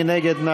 מי נגד?